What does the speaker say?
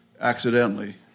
accidentally